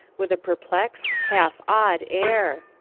with a perplexed, half-awed air.